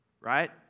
Right